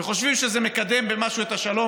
וחושבים שזה מקדם במשהו את השלום.